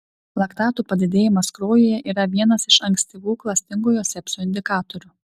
laktatų padidėjimas kraujyje yra vienas iš ankstyvų klastingojo sepsio indikatorių